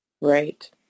Right